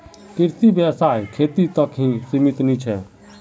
कृषि व्यवसाय खेती तक ही सीमित नी छे